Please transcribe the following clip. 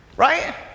Right